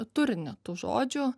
turinį tų žodžių